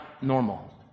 normal